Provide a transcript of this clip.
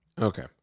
Okay